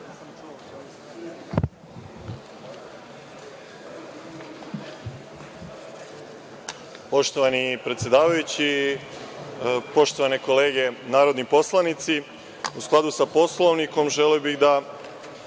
Poštovani predsedavajući, poštovane kolege narodni poslanici, u skladu sa Poslovnikom želeo bih da